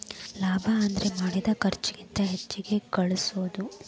ಲಾಭ ಅಂದ್ರ ಮಾಡಿದ್ ಖರ್ಚಿಗಿಂತ ಹೆಚ್ಚಿಗಿ ಗಳಸೋದು